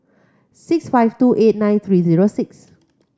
six five two eight nine three zero six